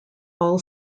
all